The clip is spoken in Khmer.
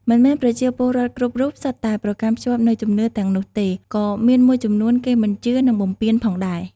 មិនមែនប្រជាពលរដ្ឋគ្រប់រូបសុទ្ធតែប្រកាន់ខ្ជាប់នូវជំនឿទាំងនោះទេ ក៏មានមួយចំនួនគេមិនជឿ និងបំពានផងដែរ។